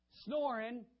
Snoring